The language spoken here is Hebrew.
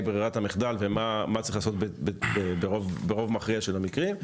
ברירת המחדל ומה צריך לעשות ברוב מכריע של המקרים.